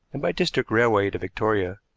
and by district railway to victoria,